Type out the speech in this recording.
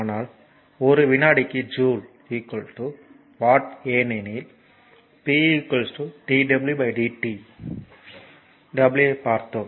ஆனால் 1 வினாடிக்கு joule watt ஏனெனில் p dw dt w ஐப் பார்த்தோம்